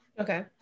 Okay